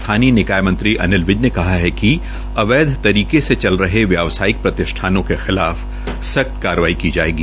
स्थानीय निकाय मंत्री अनिल विज ने कहा है कि अवैध तरीके से चल रहे व्यावासयिक प्रतिष्ठानों के खिलाफ सख्त कार्यवाही की जायेगी